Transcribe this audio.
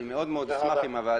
אני אשמח מאוד אם הוועדה,